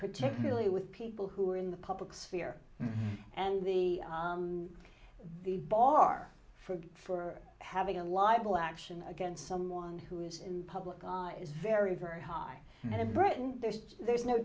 particularly with people who are in the public sphere and the the bar for for having a libel action against someone who is in public is very very high and britain there is there's no